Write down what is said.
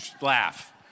laugh